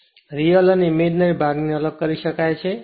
real અને ઈમેજનરીભાગને અલગ કરી શકાય છે